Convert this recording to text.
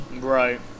Right